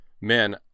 Man